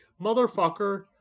motherfucker